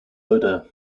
odour